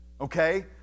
Okay